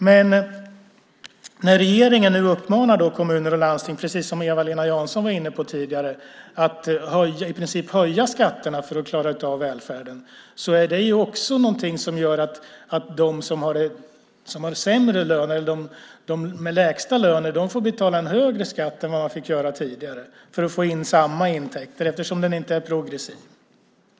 Men när regeringen nu uppmanar kommuner och landsting, precis som Eva-Lena Jansson var inne på tidigare, att i princip höja skatterna för att klara av välfärden är det också någonting som gör att de med de lägsta lönerna får betala en högre skatt än vad man fick göra tidigare för att få in samma intäkter, eftersom denna inte är progressiv.